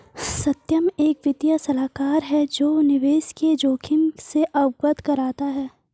सत्यम एक वित्तीय सलाहकार है जो निवेश के जोखिम से अवगत कराता है